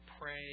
pray